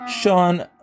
Sean